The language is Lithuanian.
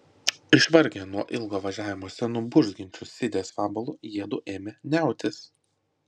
išvargę nuo ilgo važiavimo senu burzgiančiu sidės vabalu jiedu ėmė niautis